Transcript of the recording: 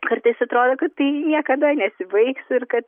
kartais atrodo kad tai niekada nesibaigs ir kad